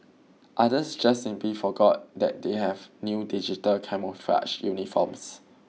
others just simply forgot that they have new digital camouflage uniforms